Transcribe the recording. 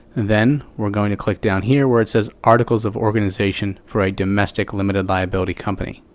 then we're going to click down here where it says articles of organization for a domestic limited liability company.